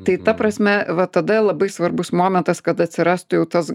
tai ta prasme va tada labai svarbus momentas kad atsirastų jau tas